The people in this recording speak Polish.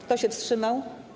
Kto się wstrzymał?